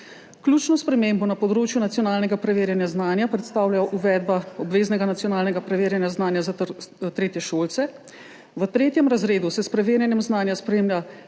Ključno spremembo na področju nacionalnega preverjanja znanja predstavlja uvedba obveznega nacionalnega preverjanja znanja za tretješolce. V 3. razredu se s preverjanjem znanja spremlja